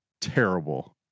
terrible